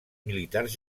militars